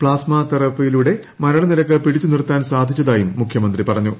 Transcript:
plasma തെറാപ്പിയിലൂടെ മരണ നിരക്ക് പിടിച്ചു നിർത്താൻ സാധിച്ചതായും മുഖ്യമന്ത്രി പറഞ്ഞു